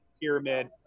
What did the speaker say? pyramid